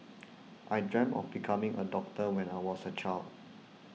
I dreamt of becoming a doctor when I was a child